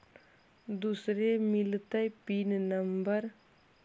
दुसरे मिलतै pin number?